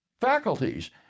faculties